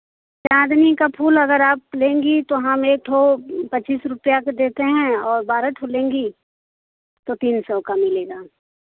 चाँदनी का फूल अगर आप लेंगी तो हम एक ठो पच्चीस रुपया से देते हैं और बारह ठो लेंगी तो तीन सौ का मिलेगा